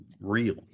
real